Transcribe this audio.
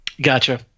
Gotcha